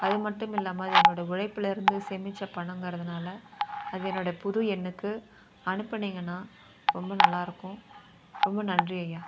அது மட்டும் இல்லாமல் அது என்னுடைய உழைப்பிலேருந்து சேமித்த பணங்கிறதுனால அது என்னோடைய புது எண்ணுக்கு அனுப்புனீங்கன்னால் ரொம்ப நல்லா இருக்கும் ரொம்ப நன்றி ஐயா